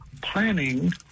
planning